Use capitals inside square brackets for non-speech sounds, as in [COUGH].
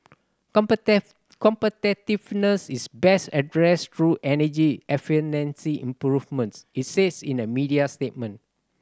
[UNINTELLIGIBLE] competitiveness is best addressed through energy efficiency improvements it said in a media statement